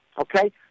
okay